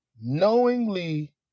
Knowingly